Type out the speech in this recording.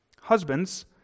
Husbands